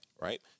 right